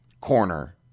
corner